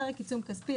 פרק עיצום כספי,